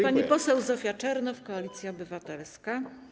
Pani poseł Zofia Czernow, Koalicja Obywatelska.